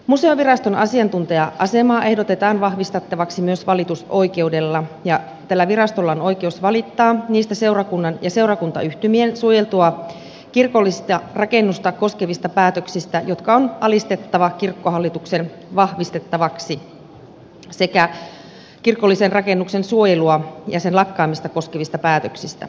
museoviraston asiantuntija asemaa ehdotetaan vahvistettavaksi myös valitusoikeudella ja tällä virastolla on oikeus valittaa niistä seurakunnan ja seurakuntayhtymien suojeltua kirkollista rakennusta koskevista päätöksistä jotka on alistettava kirkkohallituksen vahvistettavaksi sekä kirkollisen rakennuksen suojelua ja sen lakkaamista koskevista päätöksistä